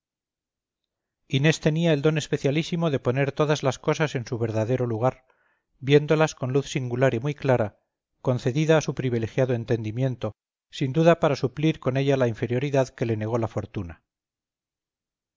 inés tenía el don especialísimo de poner todas las cosas en su verdadero lugar viéndolas con luz singular y muy clara concedida a su privilegiado entendimiento sin duda para suplir con ella la inferioridad que le negó la fortuna